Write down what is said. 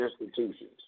institutions